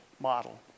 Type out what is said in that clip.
model